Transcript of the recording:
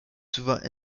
souvent